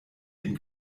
dem